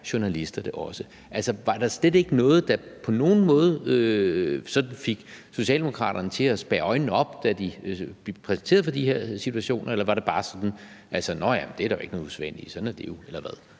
journalister det også. Var der slet ikke noget, der på nogen måde fik Socialdemokraterne til at spærre øjnene op, da de blev præsenteret for de her situationer, eller sagde man bare, at det var der jo ikke noget usædvanligt i, for sådan er det jo? Eller hvad